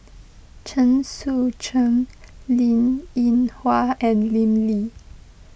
Chen Sucheng Linn in Hua and Lim Lee